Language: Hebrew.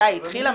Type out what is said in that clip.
מתי התחילה,